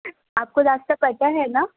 آپ کو راستہ پتہ ہے نا